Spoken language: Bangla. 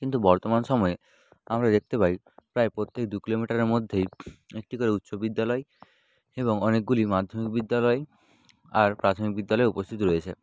কিন্তু বর্তমান সময়ে আমরা দেখতে পাই প্রায় প্রত্যেক দু কিলোমিটারের মধ্যেই একটি করে উচ্চ বিদ্যালয় এবং অনেকগুলি মাধ্যমিক বিদ্যালয় আর প্রাথমিক বিদ্যালয় উপস্থিত রয়েছে